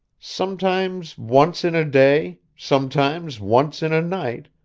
sometimes once in a day, sometimes once in a night,